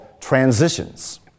Transitions